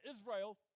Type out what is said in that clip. Israel